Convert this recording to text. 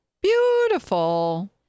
Beautiful